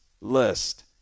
list